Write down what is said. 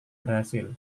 berhasil